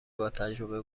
باتجربه